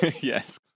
Yes